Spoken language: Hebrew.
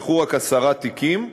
נפתחו רק עשרה תיקים,